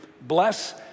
bless